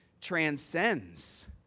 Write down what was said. transcends